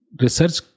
Research